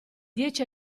dieci